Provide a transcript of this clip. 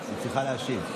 היא צריכה להשיב.